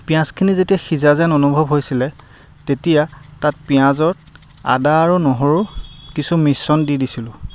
পিয়াঁজখিনি যেতিয়া সিজা যেন অনুভৱ হৈছিলে তেতিয়া তাত পিয়াঁজত আদা আৰু নহৰু কিছু মিশ্ৰণ দি দিছিলোঁ